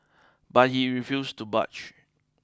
but he refused to budge